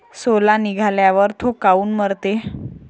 सोला निघाल्यावर थो काऊन मरते?